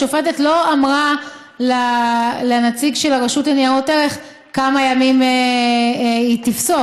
השופטת לא אמרה לנציג של הרשות לניירות ערך כמה ימים היא תפסוק.